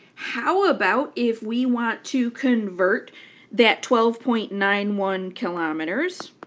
how about if we want to convert that twelve point nine one kilometers,